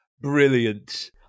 brilliant